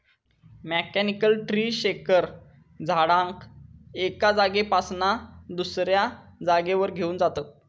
mechanical tree shaker झाडाक एका जागेपासना दुसऱ्या जागेवर घेऊन जातत